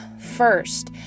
first